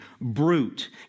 brute